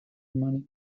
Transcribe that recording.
money